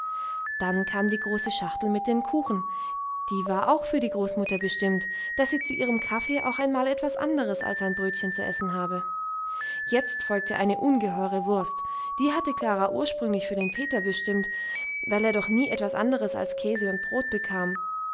dann kam die große schachtel mit den kuchen die war auch für die großmutter bestimmt daß sie zu ihrem kaffee auch einmal etwas anderes als ein brötchen zu essen habe jetzt folgte eine ungeheure wurst die hatte klara ursprünglich für den peter bestimmt weil er doch nie etwas anderes als käse und brot bekam